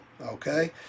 Okay